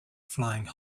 flying